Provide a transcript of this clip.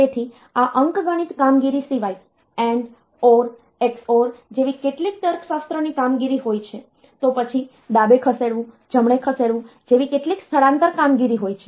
તેથી આ અંકગણિત કામગીરી સિવાય AND OR XOR જેવી કેટલીક તર્કશાસ્ત્રની કામગીરી હોય છે તો પછી ડાબે ખસેડવું જમણે ખસેડવું જેવી કેટલીક સ્થળાંતર કામગીરી હોય છે